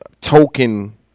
token